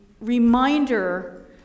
reminder